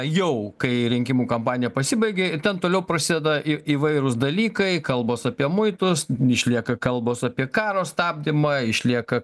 jau kai rinkimų kampanija pasibaigė ten toliau prasideda į įvairūs dalykai kalbos apie muitus išlieka kalbos apie karo stabdymą išlieka